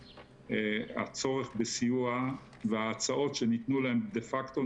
הצורך בסיוע וההצעות שנתנו להם דה-פאקטו,